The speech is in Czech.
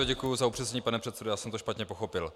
Děkuji za upřesnění, pane předsedo, já jsem to špatně pochopil.